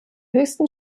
höchsten